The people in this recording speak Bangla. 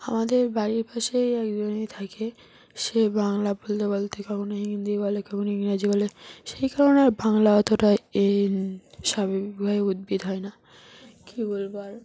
আমাদের বাড়ির পাশেই একজন থাকে সে বাংলা বলতে বলতে কখনো হিন্দি বলে কখনো ইংরাজি বলে সেই কারণে আর বাংলা অতটা এই স্বাভাবিকভাবে উদ্ভিদ হয় না কী বলব আর